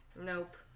Nope